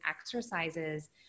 exercises